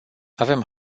avem